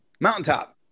Mountaintop